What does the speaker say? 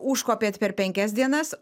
užkopėt per penkias dienas